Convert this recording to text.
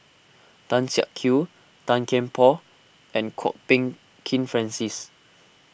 Tan Siak Kew Tan Kian Por and Kwok Peng Kin Francis